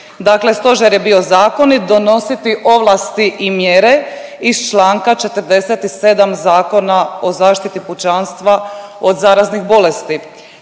Dakle, Stožer je bio zakonit donositi ovlasti i mjere iz članka 47. Zakona o zaštiti pučanstva od zaraznih bolesti.